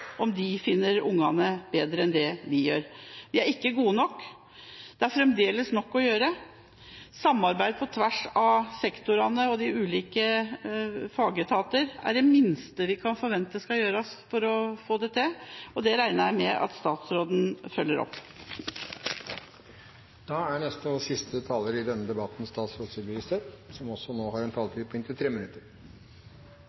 om de er bedre til å finne barna enn vi er? Vi er ikke gode nok. Det er fremdeles nok å gjøre. Samarbeid på tvers av sektorene og de ulike fagetater er det minste vi kan forvente skal gjøres for å få det til. Det regner jeg med at statsråden følger opp. Det er flere som i denne diskusjonen har vært inne på at vi vet veldig lite om hva som